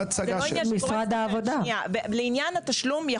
לעניין התשלום: